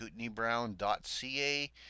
kootenaybrown.ca